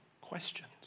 questions